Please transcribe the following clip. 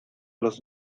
los